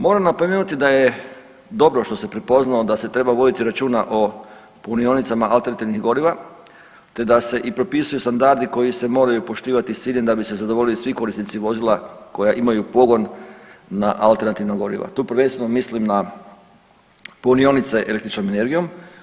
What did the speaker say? Moramo napomenuti da je dobro što se prepoznalo da se treba voditi računa o punionicama alternativnih goriva te da se i propisuju standardi koji se moraju poštivati s ciljem da bi se zadovoljili svi korisnici vozila koja imaju pogon na alternativna goriva, tu prvenstveno mislim na punionice električnom energijom.